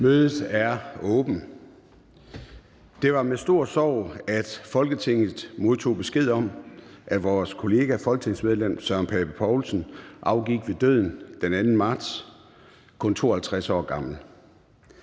(Søren Gade): Det var med stor sorg, at Folketinget modtog besked om, at vores kollega, folketingsmedlem Søren Pape Poulsen, afgik ved døden den 2. marts, kun 52 år gammel.